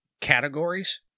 categories